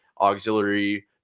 auxiliary